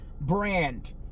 brand